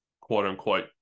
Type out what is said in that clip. quote-unquote